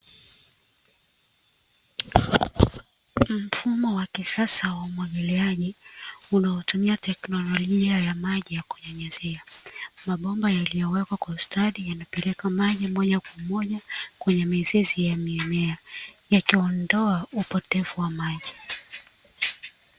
Mfumo wa kisasa wa umwagiliaji unaotumia teknolojia ya maji ya kunyunyizia, mabomba yaliyowekwa kwa ustadi yanapeleka maji moja kwa moja kwenye mizizi ya mimea yakiondoa upotevu wa maji.